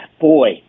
boy